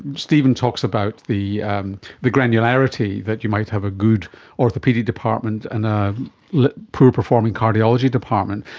stephen talks about the and the granularity, that you might have a good orthopaedic department and a poor performing cardiology department.